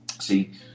See